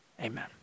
amen